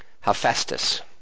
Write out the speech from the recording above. Hephaestus